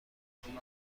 فعلی